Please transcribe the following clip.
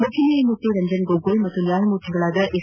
ಮುಖ್ಯ ನ್ಡಾಯಮೂರ್ತಿ ರಂಜನ್ ಗೊಗೋಯ್ ಮತ್ತು ನ್ಯಾಯಮೂರ್ತಿಗಳಾದ ಎಸ್